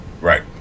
Right